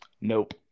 nope